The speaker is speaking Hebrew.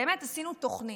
באמת עשינו תוכנית.